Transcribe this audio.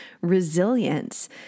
resilience